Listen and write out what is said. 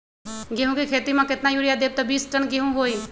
गेंहू क खेती म केतना यूरिया देब त बिस टन गेहूं होई?